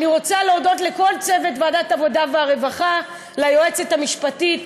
אני רוצה להודות לכל צוות ועדת העבודה והרווחה: ליועצת המשפטית,